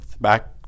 back